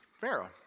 Pharaoh